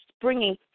bringing